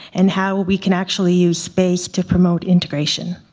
and how we can actually use space to promote integration?